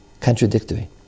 contradictory